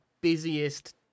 busiest